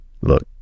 look